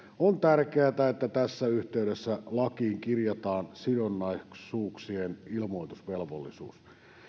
on tärkeätä että tässä yhteydessä lakiin kirjataan sidonnaisuuksien ilmoitusvelvollisuus